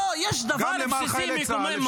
לא, יש דבר בסיסי מקומם מאוד.